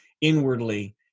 inwardly